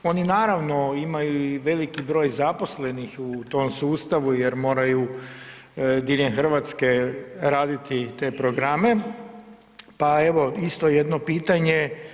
Oni naravno imaju i veliki broj zaposlenih u tom sustavu jer moraju diljem Hrvatske raditi te programe, pa evo isto jedno pitanje.